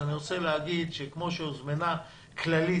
אני רוצה להגיד שכפי שהוזמנה שירותי בריאות כללית,